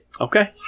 Okay